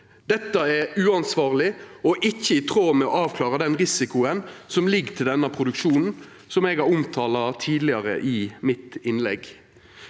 Dette er uansvarleg og ikkje i tråd med å avklara den risikoen som ligg til denne produksjonen, som eg har omtala tidlegare i innlegget